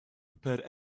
prepared